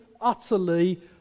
utterly